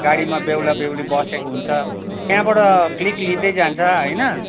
गाडीमा बेहुला बेहुली बसेको हुन्छ त्यहाँबाट क्लिक लिँदैजान्छ होइन